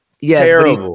yes